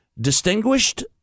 distinguished